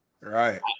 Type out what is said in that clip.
Right